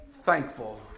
thankful